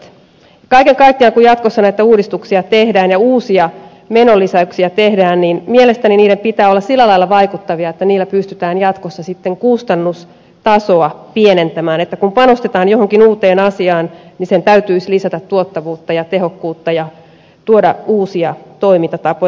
kaiken kaikkiaan kun jatkossa näitä uudistuksia tehdään ja uusia menolisäyksiä tehdään niin mielestäni niiden pitää olla sillä lailla vaikuttavia että niillä pystytään jatkossa sitten kustannustasoa madaltamaan että kun panostetaan johonkin uuteen asiaan niin sen täytyisi lisätä tuottavuutta ja tehokkuutta ja tuoda uusia toimintatapoja